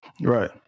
Right